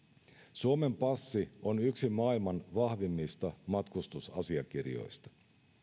suomen passi on yksi maailman vahvimmista matkustusasiakirjoista